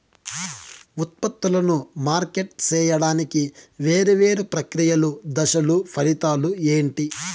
ఉత్పత్తులను మార్కెట్ సేయడానికి వేరువేరు ప్రక్రియలు దశలు ఫలితాలు ఏంటి?